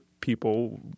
people